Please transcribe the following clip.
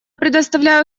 предоставляю